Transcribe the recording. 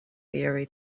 theory